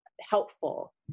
helpful